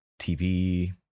TV